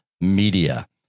media